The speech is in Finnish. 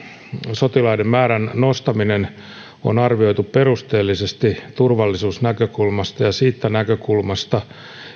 sotilaiden määrän nostaminen on arvioitu perusteellisesti turvallisuusnäkökulmasta ja siitä näkökulmasta